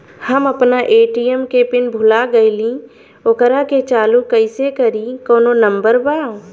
हम अपना ए.टी.एम के पिन भूला गईली ओकरा के चालू कइसे करी कौनो नंबर बा?